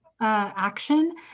action